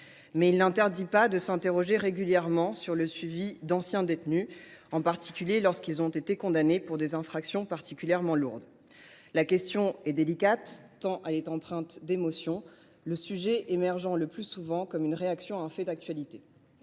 cela n’interdit pas de s’interroger régulièrement sur le suivi d’anciens détenus, en particulier lorsqu’ils ont été condamnés pour des infractions particulièrement lourdes. La question est délicate, tant elle est empreinte d’émotion, le sujet émergeant le plus souvent comme une réaction à un fait d’actualité.